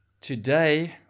today